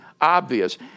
obvious